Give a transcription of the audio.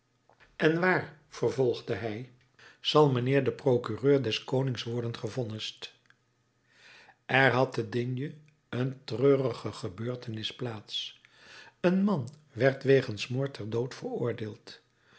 en waar vervolgde hij zal mijnheer de procureur des konings worden gevonnist er had te digne een treurige gebeurtenis plaats een man werd wegens moord ter dood veroordeeld